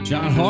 John